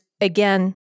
again